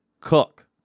cook